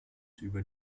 über